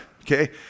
okay